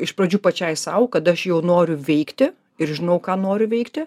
iš pradžių pačiai sau kad aš jau noriu veikti ir žinau ką noriu veikti